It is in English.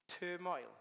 turmoil